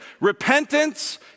Repentance